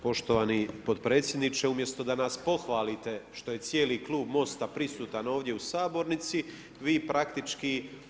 Poštovani potpredsjedniče, umjesto da nas pohvalite što je cijeli klub MOST-a prisutan ovdje u sabornici, vi praktički…